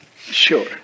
Sure